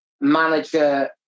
manager